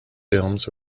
films